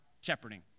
shepherding